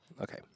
Okay